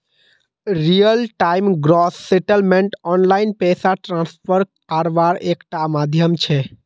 real time gross settlement online पैसा transfer कारवार एक टा माध्यम छे